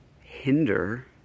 hinder